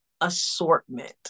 assortment